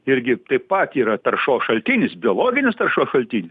irgi taip pat yra taršos šaltinis biologinis taršos šaltinis